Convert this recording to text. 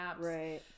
Right